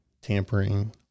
tampering